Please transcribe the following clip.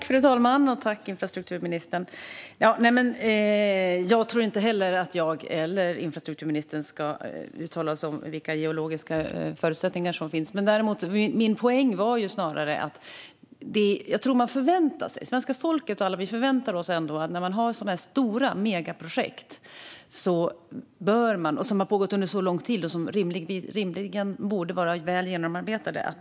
Fru talman! Jag tror inte heller att jag eller infrastrukturministern ska uttala oss om vilka geologiska förutsättningar som finns. Min poäng var snarare att jag tror att svenska folket förväntar sig att man skulle ha sett detta komma när det gäller sådana stora megaprojekt som har pågått under så lång tid och som rimligen borde vara väl genomarbetade.